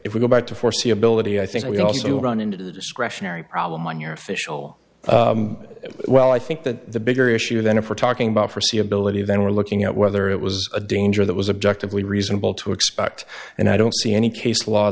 if we go back to foreseeability i think we also run into the discretionary problem on your official well i think that the bigger issue than for talking about forsee ability then we're looking at whether it was a danger that was objective we reasonable to expect and i don't see any case law